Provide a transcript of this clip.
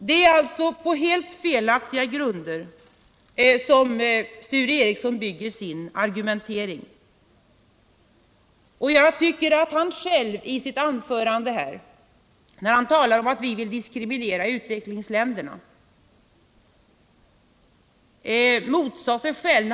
Det är på helt felaktiga grunder som Sture Ericson bygger sin argumentering. Och jag tycker att Sture Ericson i sitt anförande, när han talade om att vi diskriminerar utvecklingsländerna, motsade sig själv.